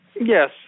Yes